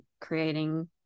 creating